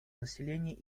населения